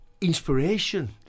inspiration